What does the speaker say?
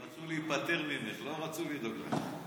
רצו להיפטר ממך, לא רצו לדאוג לך.